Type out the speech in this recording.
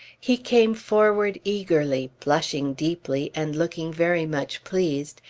he came forward eagerly, blushing deeply, and looking very much pleased,